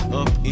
up